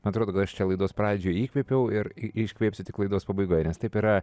man atrido kad aš čia laidos pradžioje įkvėpiau ir iškvėpsiu tik laidos pabaigoje nes taip yra